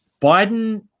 Biden